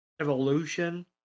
evolution